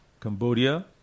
Cambodia